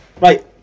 Right